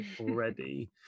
already